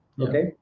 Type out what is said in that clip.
Okay